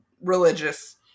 religious